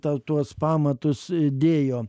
ta tuos pamatus dėjo